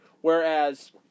Whereas